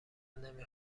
نمی